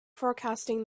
forecasting